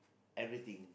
everything